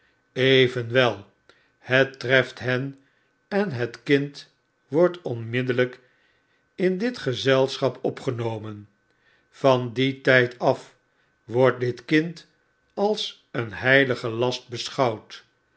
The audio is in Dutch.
evenwel het treft hen en het kind wordt onmiddellik in dit gezelschap opgenomen van dien tgd af wordt dit kind als een heilige last beschouwd